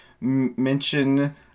mention